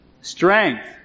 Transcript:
Strength